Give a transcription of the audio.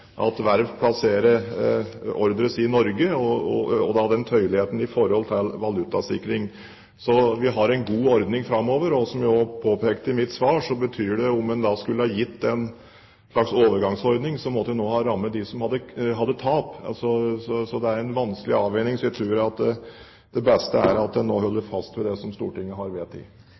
at verft plasserer ordre i Norge, og øke tøyeligheten i forhold til valutasikring. Så vi har en god ordning framover. Som jeg også påpekte i mitt svar, så betyr det at om en skulle ha gitt en slags overgangsordning, måtte en også ha rammet dem som hadde tap. Det er en vanskelig avveining. Så jeg tror det beste er at en nå holder fast på det som Stortinget har